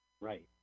Right